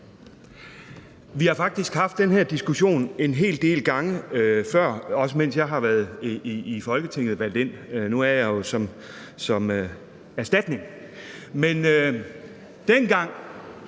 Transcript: Vi har faktisk haft den her diskussion en hel del gange før, også mens jeg har været valgt ind i Folketinget, og nu er jeg her jo som erstatning,